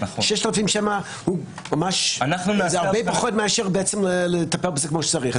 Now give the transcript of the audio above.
6,000 זה הרבה פחות וצריך לטפל בזה כמו שצריך.